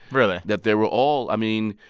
really. that they were all i mean,